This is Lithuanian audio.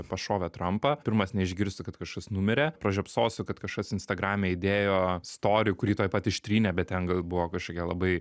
pašovė trampą pirmas neišgirsiu kad kažkas numirė pražiopsosiu kad kažkas instagrame įdėjo storį kurį tuoj pat ištrynė bet ten gal buvo kažkokia labai